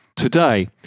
today